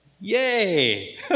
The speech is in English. Yay